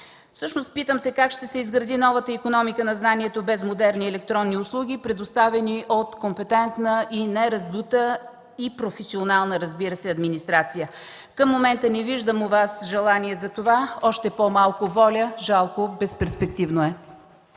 Всъщност питам се как ще се изгради новата икономика на знанието без модерни електронни услуги, предоставяни от компетентна, нераздута и професионална, разбира се, администрация?! Към момента не виждам у Вас желание за това, още по-малко – воля. Жалко, безперспективно е!